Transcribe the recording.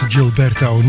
Gilberto